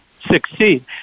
succeed